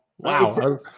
Wow